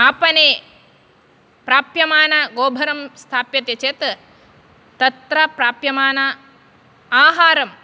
आपणे प्राप्यमानगोभरं स्थाप्यते चेत् तत्र प्राप्यमान आहारं